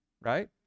right